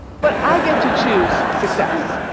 but i get to choose success.